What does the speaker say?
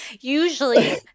usually